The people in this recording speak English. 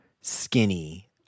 skinny